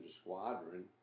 squadron